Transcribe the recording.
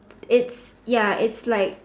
it's ya it's like